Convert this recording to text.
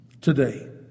today